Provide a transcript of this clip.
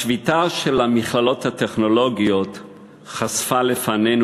השביתה של המכללות הטכנולוגיות חשפה לפנינו